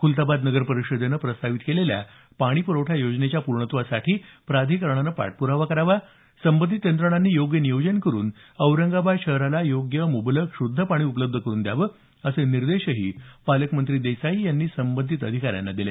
खुलताबाद नगर परिषदेने प्रस्तावित केलेल्या पाणी पुरवठा योजनेच्या पूर्णत्वासाठी प्राधिकरणाने पाठपुरावा करावा संबंधित यंत्रणांनी योग्य नियोजन करुन औरंगाबाद शहरास योग्य मुबलक शुद्ध पाणी उपलब्ध करुन द्यावे असे निर्देशही पालकमंत्री देसाई यांनी संबंधित अधिकाऱ्यांना दिले